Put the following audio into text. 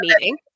meeting